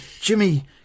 Jimmy